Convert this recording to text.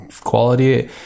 Quality